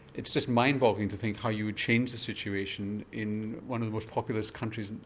it's just mind boggling to think how you would change the situation in one of the most populous countries.